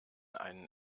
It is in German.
einen